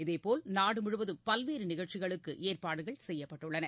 இதேபோல் நாடுமுழுவதும் பல்வேறு நிகழ்ச்சிகளுக்கு ஏற்பாடு செய்யப்பட்டுள்ளன